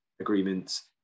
agreements